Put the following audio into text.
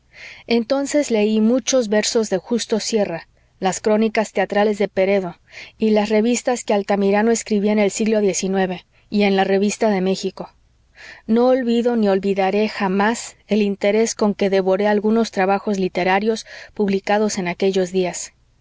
entonces leí muchos versos de justo sierra las crónicas teatrales de peredo y las revistas que altamirano escribía en el siglo xix y en la revista de méxico no olvido ni olvidaré jamás el interés con que devoré algunos trabajos literarios publicados en aquellos días